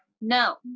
no